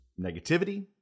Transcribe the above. negativity